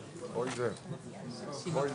נמנעים,